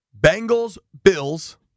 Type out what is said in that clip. Bengals-Bills